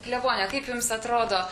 klebone kaip jums atrodo